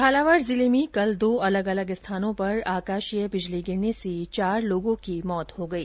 झालावाड जिले में कल दो अलग अलग स्थानों पर आकाशीय बिजली गिरने से चार लोगों की मौत हो गई